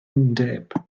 undeb